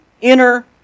inner